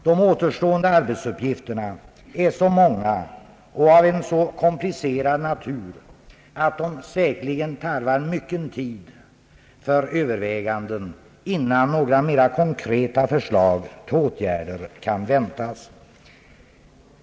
De återstående arbetsuppgifterna är så många och av så komplicerad natur, att de säkerligen tarvar mycken tid för överväganden, innan några mer konkreta förslag till åtgärder kan väntas.